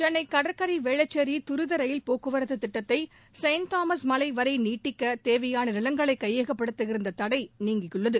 சென்னை கடற்கரை வேளச்சேரி துரித ரயில் போக்குவரத்து திட்டத்தை செயின்ட் தாமஸ் மலை வரை நீட்டிக்க தேவையான நிலங்களை கையகப்படுத்த இருந்த தடை நீங்கியுள்ளது